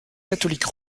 catholique